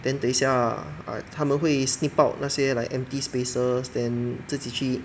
then 等一下他们会 snip out 那些 like empty spaces then 自己去